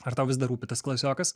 ar tau vis dar rūpi tas klasiokas